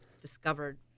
discovered